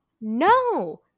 No